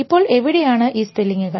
ഇപ്പോൾ എവിടെയാണ് ഈ സ്പെല്ലിങ് കൾ